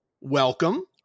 welcome